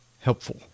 helpful